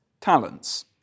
Talents